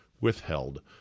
withheld